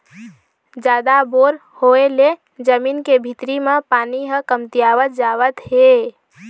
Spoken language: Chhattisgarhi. जादा बोर होय ले जमीन के भीतरी म पानी ह कमतियावत जावत हे